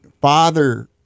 father